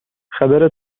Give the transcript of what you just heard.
خبر